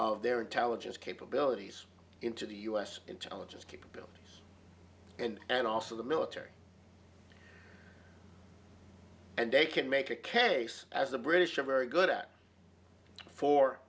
of their intelligence capabilities into the u s intelligence capabilities and also the military and they can make a case as the british are very good at four